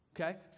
okay